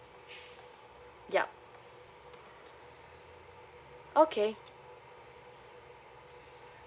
yup okay